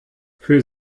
für